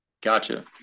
Gotcha